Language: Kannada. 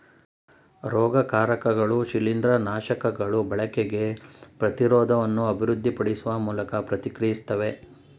ರೋಗಕಾರಕಗಳು ಶಿಲೀಂದ್ರನಾಶಕಗಳ ಬಳಕೆಗೆ ಪ್ರತಿರೋಧವನ್ನು ಅಭಿವೃದ್ಧಿಪಡಿಸುವ ಮೂಲಕ ಪ್ರತಿಕ್ರಿಯಿಸ್ತವೆ